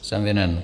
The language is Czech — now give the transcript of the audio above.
Jsem vinen.